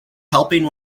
helping